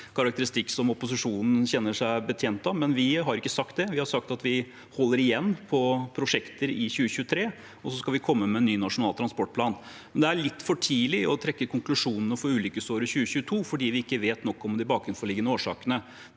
karakteristikk som opposisjonen kjenner seg betjent av, men vi har ikke sagt det; vi har sagt at vi holder igjen på prosjekter i 2023, og så skal vi komme med en ny nasjonal transportplan. Det er litt for tidlig å trekke konklusjonene for ulykkesåret 2022 fordi vi ikke vet nok om de bakenforliggende årsakene.